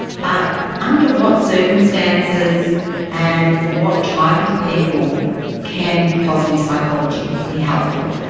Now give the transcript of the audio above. but under what circumstances and for what type of people can positive psychology be helpful?